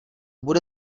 bude